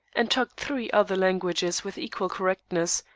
and talked three other languages with equal correctness,